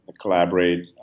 collaborate